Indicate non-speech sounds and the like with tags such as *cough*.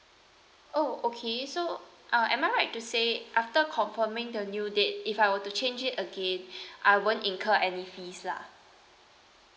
oh okay so uh am I right to say after confirming the new date if I were to change it again *breath* I won't incur any fees lah